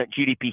GDP